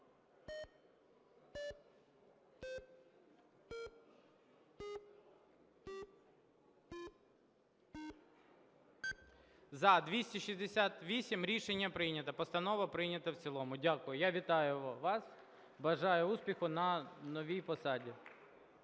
За – 268 Рішення прийнято. Постанова прийнята в цілому. Дякую. Я вітаю вас, бажаю успіху на новій посаді.